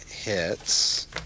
hits